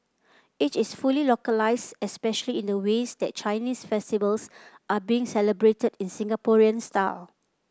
it is fully localised especially in the ways that Chinese festivals are being celebrated in Singaporean style